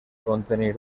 contenir